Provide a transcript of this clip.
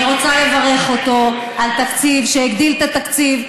אני רוצה לברך אותו על תקציב, שהגדיל את התקציב.